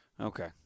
Okay